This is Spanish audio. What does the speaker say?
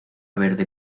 verde